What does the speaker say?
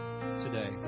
today